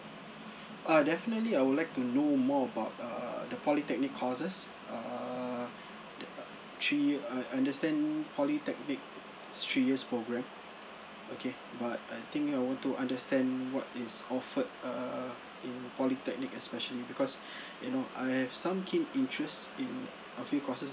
uh definitely I would like to know more about err the polytechnic courses err the uh three I understand polytechnic is three years programme okay but I think I want to understand what is offered err in polytechnic especially because you know I've some keen interest in few courses